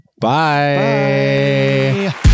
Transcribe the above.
Bye